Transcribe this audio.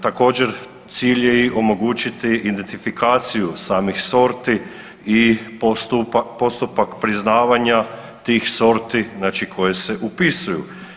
Također, cilj je i omogućiti identifikaciju samih sorti i postupak priznavanja tih sorti znači koje se upisuju.